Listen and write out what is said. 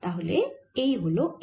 তাহলে এই হল a